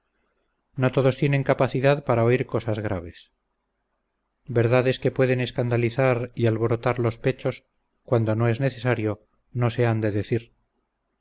no todos tienen capacidad para oír cosas graves verdades que pueden escandalizar y alborotar los pechos cuando no es necesario no se han de decir